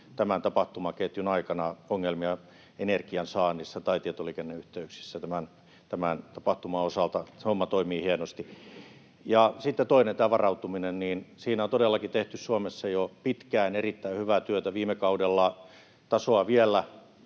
tämän tapahtumaketjun aikana ongelmia energian saannissa tai tietoliikenneyhteyksissä tämän tapahtuman osalta. Se homma toimii hienosti. Ja sitten toinen, tämä varautuminen. Siinä on todellakin tehty Suomessa jo pitkään erittäin hyvää työtä. Viime kaudella tasoa, rimaa